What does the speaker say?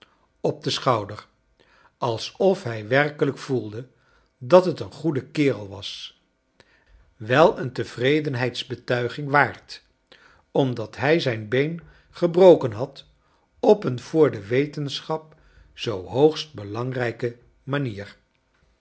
op den schouder alsof hij werkelijk voelde dat t een goede kerel was wel een tevredenheidsbetuiging waard omdat hij zijn been gebroken had op een voor de wetenschap zoo hoogst belangrijke manier